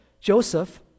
Joseph